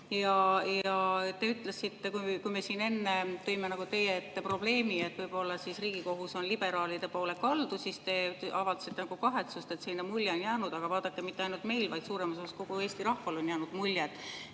on tõe kriteerium. Kui me siin enne tõime teie ette probleemi, et võib-olla Riigikohus on liberaalide poole kaldu, siis te avaldasite kahetsust, et selline mulje on jäänud. Aga vaadake, mitte ainult meil, vaid suuremal osal Eesti rahval on jäänud mulje,